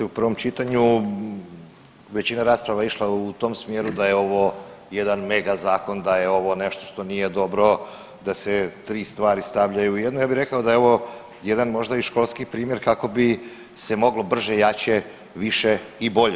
U prvom čitanju većina rasprava je išla u tom smjeru da je ovo jedan megazakon, da je ovo nešto što nije dobro, da se tri stvari stavljaju u jedno, ja bih rekao da je ovo jedan možda i školski primjer kako bi se moglo brže, jače, više i bolje.